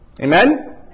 Amen